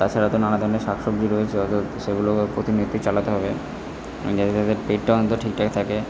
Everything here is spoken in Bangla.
তাছাড়া তো নানা ধরনের শাক সবজি রয়েছে অতএব সেগুলোকে প্রতিনিয়তই চালাতে হবে যাতে তাদের পেটটা অন্তত ঠিকঠাক থাকে